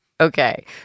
Okay